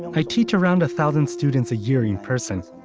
i teach around a thousand students a year in person.